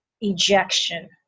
ejection